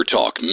Talk